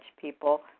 people